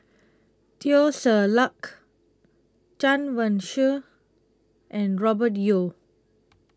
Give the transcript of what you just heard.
Teo Ser Luck Chen Wen Hsi and Robert Yeo